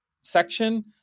section